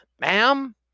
Ma'am